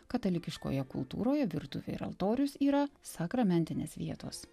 katalikiškoje kultūroje virtuvė ir altorius yra sakramentinės vietos